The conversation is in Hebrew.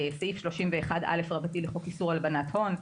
סעיף 31א לחוק איסור הלבנת הון,